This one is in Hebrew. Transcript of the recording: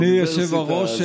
אדוני היושב-ראש,